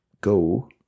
go